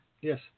Yes